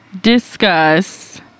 discuss